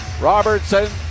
Robertson